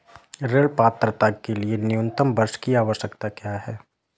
ऋण पात्रता के लिए न्यूनतम वर्ष की आवश्यकता क्या है?